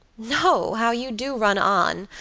no how you do run on.